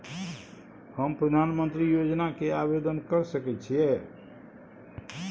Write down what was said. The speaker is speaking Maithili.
हम प्रधानमंत्री योजना के आवेदन कर सके छीये?